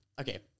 Okay